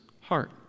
heart